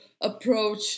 approach